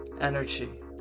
Energy